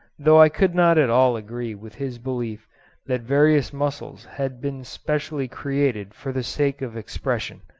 though i could not at all agree with his belief that various muscles had been specially created for the sake of expression.